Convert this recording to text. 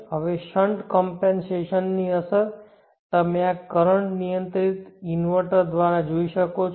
હવે શંટ કમ્પૅન્સેશનની અસર તમે આ કરંટ નિયંત્રિત ઇન્વર્ટર દ્વારા જોઈ શકો છો